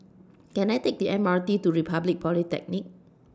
Can I Take The M R T to Republic Polytechnic